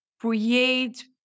create